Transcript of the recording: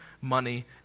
money